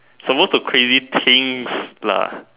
suppose to crazy things lah